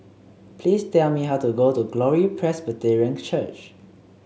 please tell me how to go to Glory Presbyterian Church